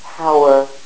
power